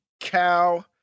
cow